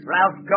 Ralph